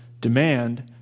demand